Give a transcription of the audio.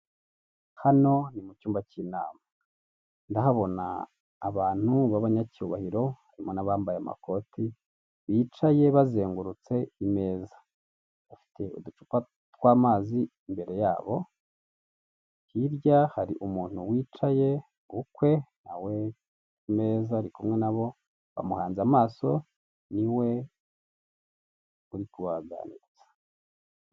Hano ni mu cyumba cy'inama, ndahabona abantu b'abanyacyubahiro, harimo n'abambaye amakoti, bicaye bazengurutse imeza, bafite uducupa tw'amazi imbere yabo, hirya hari umuntu wicaye ukwe, na we ku meza ari kumwe na bo, bamuhanze amaso, ni we uri kubaganiriza.